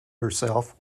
herself